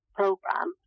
program